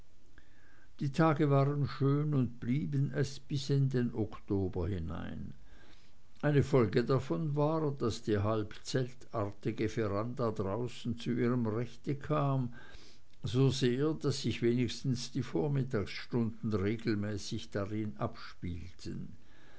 die tage waren schön und blieben es bis in den oktober hinein eine folge davon war daß die halbzeltartige veranda draußen zu ihrem recht kam so sehr daß sich wenigstens die vormittagsstunden regelmäßig darin abspielten